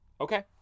Okay